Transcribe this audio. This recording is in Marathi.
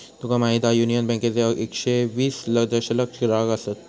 तुका माहीत हा, युनियन बँकेचे एकशे वीस दशलक्ष ग्राहक आसत